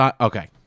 Okay